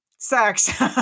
Sex